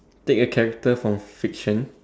take a character from fiction